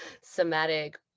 somatic